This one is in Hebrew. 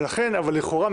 אבל לכאורה,